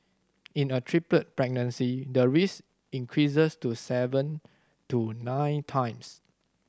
in a triplet pregnancy the risk increases to seven to nine times